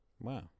Wow